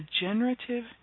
generative